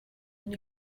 une